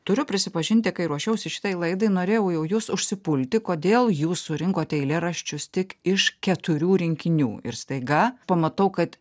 turiu prisipažinti kai ruošiausi šitai laidai norėjau jau jus užsipulti kodėl jūs surinkote eilėraščius tik iš keturių rinkinių ir staiga pamatau kad